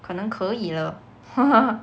可能可以了